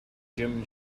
jim